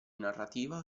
narrativa